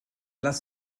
lass